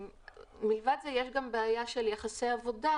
מלבד זה יש גם בעיה של יחסי עבודה,